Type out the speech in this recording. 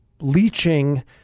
leaching